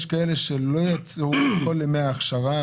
יש כאלה שלא צברו כל ימי ההכשרה,